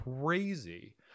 crazy